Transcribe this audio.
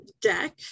deck